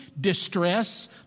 distress